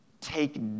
take